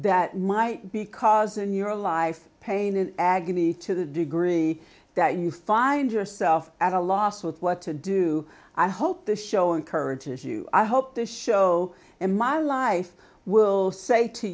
that might because in your life pain and agony to the degree that you find yourself at a loss with what to do i hope the show encourages you i hope this show and my life will say to